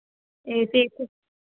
AC అయితే